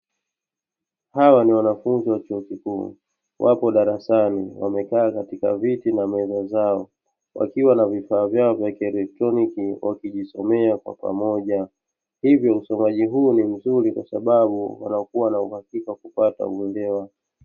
Hawa ni wanafunzi wa chuo kikuu wapo darasani wamekaa katika viti na meza zao, wakiwa na vifaa vyao vya kielektroniki wakijisomea kwa pamoja. Hivyo usomaji huu ni mzuri kwa sababu wanakuwa na uhakika wa kupata uelewa.